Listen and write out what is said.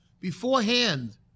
beforehand